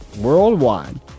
worldwide